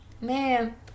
Man